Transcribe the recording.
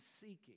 seeking